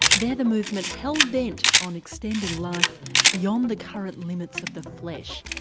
they're the movement hell-bent on extending life beyond the current limits of the flesh.